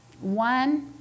One